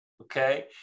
okay